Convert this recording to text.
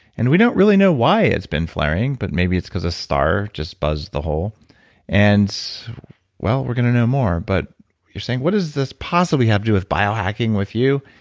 and we don't really know why it's been flaring, but maybe it's because a star just buzzed the hole and well, we're going to know more, but you're saying what does this possibly have to do with biohacking with you?